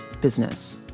business